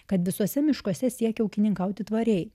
kad visuose miškuose siekia ūkininkauti tvariai